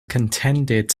contented